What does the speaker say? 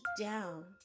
down